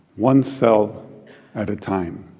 one cell at a time.